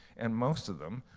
and most of them,